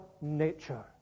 Nature